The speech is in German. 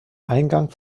eingang